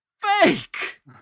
fake